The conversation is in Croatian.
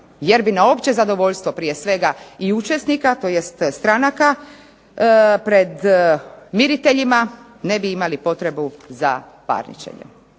Jer bi na opće zadovoljstvo i učesnika, tj. stranaka pred miriteljima, ne bi imali potrebu za parničenjem.